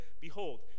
Behold